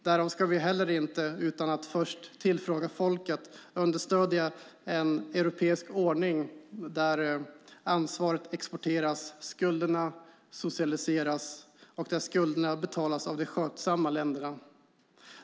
Därför ska vi heller inte utan att först tillfråga folket understödja en europeisk ordning där ansvaret exporteras och skulderna socialiseras och betalas av de skötsamma länderna.